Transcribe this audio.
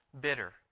bitter